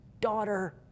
daughter